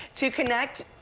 to connect,